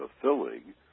fulfilling